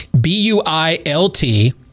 B-U-I-L-T